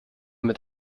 mit